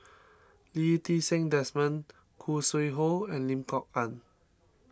Lee Ti Seng Desmond Khoo Sui Hoe and Lim Kok Ann